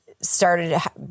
started